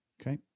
Okay